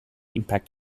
impact